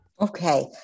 Okay